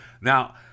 Now